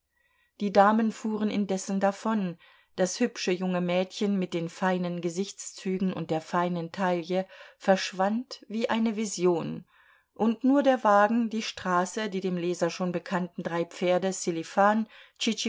die damen fuhren indessen davon das hübsche junge mädchen mit den feinen gesichtszügen und der feinen taille verschwand wie eine vision und nur der wagen die straße die dem leser schon bekannten drei pferde